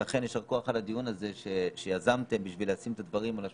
ולכן יישר כוח על הדיון הזה שיזמתם בשביל לשים את הדברים על השולחן.